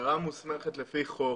המשטרה מוסמכת לפי חוק.